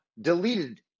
Deleted